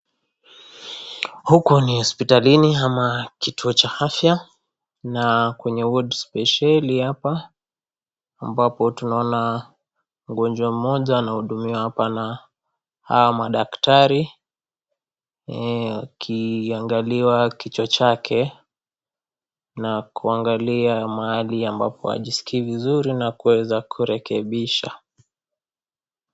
Huku ni hospitalini ama kituo cha afya, na kwenye wodi spesheli hapa, ambapo tunaona mgonjwa mmoja anahudumiwa hapa na hawa madaktari, akiangaliwa kichwa chake, na kuangalia mahali ambapo hajiskii vizuri na kuweza kurekebisha.